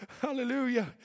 Hallelujah